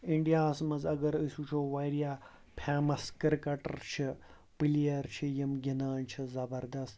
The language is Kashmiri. اِنڈیاہَس منٛز اگر أسۍ وٕچھو واریاہ فیمَس کِرکَٹر چھِ پٕلیر چھِ یِم گِںٛدان چھِ زبردَس